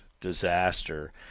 disaster